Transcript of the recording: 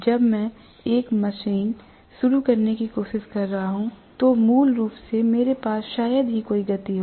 जब मैं एक मशीन शुरू करने की कोशिश कर रहा हूं तो मूल रूप से मेरे पास शायद ही कोई गति हो